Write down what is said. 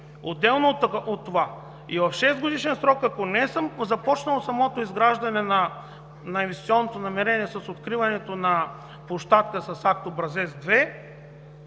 Отделно от това, и в шестгодишен срок, ако не е започнало самото изграждане на инвестиционното намерение с откриването на площадка с Акт, Образец 2,